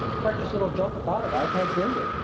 precious little joke about it, i can assure you.